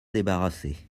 débarrassée